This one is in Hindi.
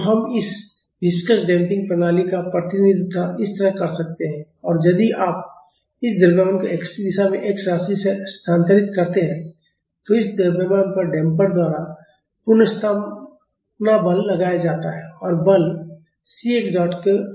तो हम इस विस्कस डैम्पिंग प्रणाली का प्रतिनिधित्व इस तरह कर सकते हैं और यदि आप इस द्रव्यमान को एक्स दिशा में x राशि से स्थानांतरित करते हैं तो इस द्रव्यमान पर डैम्पर द्वारा पुनर्स्थापना बल लगाया जाता है और बल c x डॉट के बराबर होता है